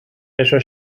eso